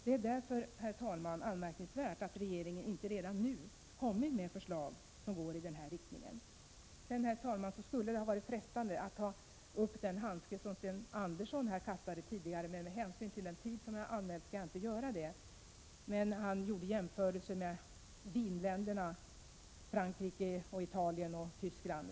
Det är därför, herr talman, anmärkningsvärt att regeringen inte redan nu har kommit med förslag som går i den riktningen. Det skulle sedan ha varit frestande att ta upp den handske som Sten Andersson i Malmö kastade tidigare. Men med hänsyn till den tid som jag har använt skall jag inte göra det. Han gjorde jämförelser med vinländerna Frankrike, Italien och Tyskland.